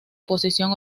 posición